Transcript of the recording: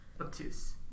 obtuse